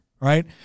right